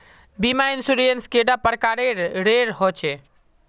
बीमा इंश्योरेंस कैडा प्रकारेर रेर होचे